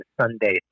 sunday